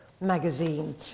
magazine